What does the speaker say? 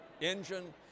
engine